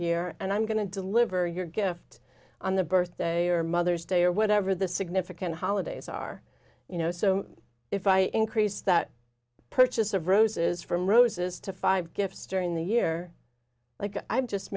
year and i'm going to deliver your gift on the birthday or mother's day or whatever the significant holidays are you know so if i increase that purchase of roses from roses to five gifts during the year like i just